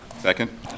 Second